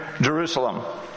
Jerusalem